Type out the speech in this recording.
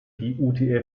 die